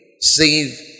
save